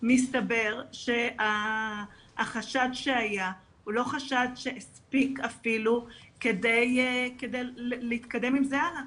מסתבר שהחשד שהיה הוא לא חשד שהספיק אפילו כדי להתקדם עם זה הלאה.